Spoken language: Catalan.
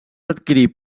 adquirir